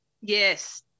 Yes